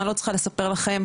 אני לא צריכה לספר לכם,